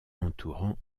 entourant